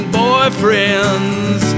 boyfriends